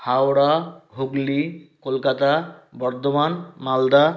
Howrah Hooghly Kolkata Bardhaman Malda